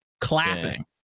clapping